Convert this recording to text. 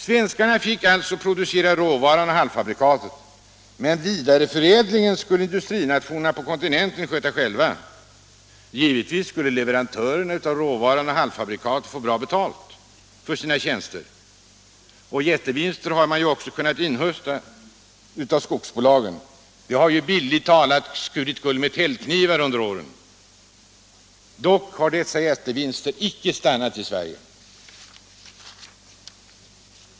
Svenskarna fick alltså producera råvaran och halvfabrikatet, men vidareförädlingen skulle industrinationerna på kontinenten sköta själva. Givetvis skulle leverantörerna av råvaran och halvfabrikatet få bra betalt för sina tjänster. Jättevinster har också kunnat inhöstas av skogsbolagen. De har bildligt talat skurit guld med täljknivar under åren. Dock har dessa jättevinster inte stannat i Sverige.